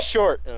Short